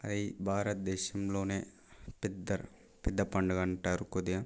అది భారతదేశంలోనే పెద్ద పెద్ద పండుగంటారు కొద్దిగా